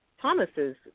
Thomas's